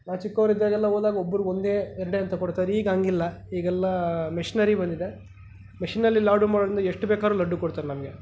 ನಾವು ಚಿಕ್ಕೋರಿದ್ದಾಗೆಲ್ಲ ಹೋದಾಗ್ ಒಬ್ಬರ್ಗೆ ಒಂದೇ ಎರಡೇ ಅಂತ ಕೊಡ್ತಾರೆ ಈಗ ಹಂಗಿಲ್ಲ ಈಗೆಲ್ಲ ಮಿಷ್ನರಿ ಬಂದಿದೆ ಮೆಷಿನಲ್ಲಿ ಲಾಡು ಮಾಡೋದಿಂದ್ ಎಷ್ಟು ಬೇಕಾದ್ರು ಲಡ್ಡು ಕೊಡ್ತಾರೆ ನಮಗೆ